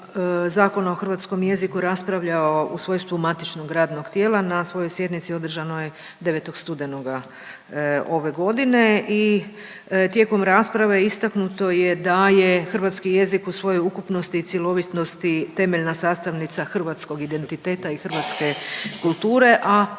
Zakona o hrvatskom jeziku raspravljao u svojstvu matičnog radnog tijela na svojoj sjednici održanoj 9. studenoga ove godine i tijekom rasprave istaknuto je da je hrvatski jezik u svojoj ukupnosti i cjelovitosti temeljna sastavnica hrvatskog identiteta i hrvatske kulture, a